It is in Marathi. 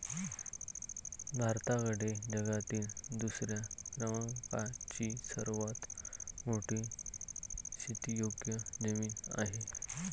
भारताकडे जगातील दुसऱ्या क्रमांकाची सर्वात मोठी शेतीयोग्य जमीन आहे